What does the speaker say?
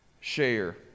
share